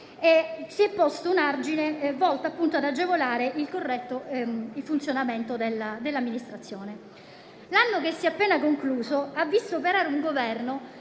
- ha posto un argine, volto ad agevolare il corretto funzionamento dell'amministrazione. L'anno che si è appena concluso ha visto operare un Governo